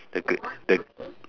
the gl~ the